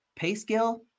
PayScale